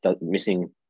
missing